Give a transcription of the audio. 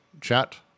chat